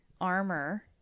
armor